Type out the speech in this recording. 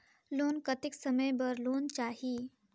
Loan कतेक समय बर लेना चाही?